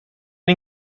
una